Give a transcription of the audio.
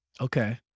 Okay